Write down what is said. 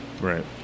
Right